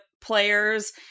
players